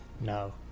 No